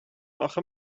آخه